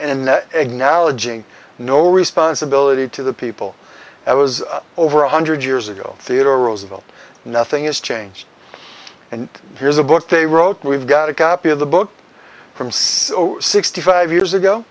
ng no responsibility to the people that was over one hundred years ago theodore roosevelt nothing is changed and here's a book they wrote we've got a copy of the book from says sixty five years ago